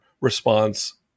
response